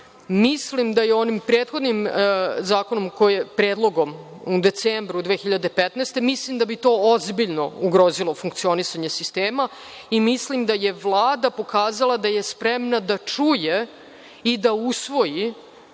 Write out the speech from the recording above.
mislim da je onim prethodnim zakonom, predlogom u decembru 2015. godine, mislim da bi to ozbiljno ugrozilo funkcionisanje sistema i mislim da je Vlada pokazala da je spremna da čuje i da usvoji